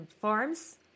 farms